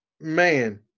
Man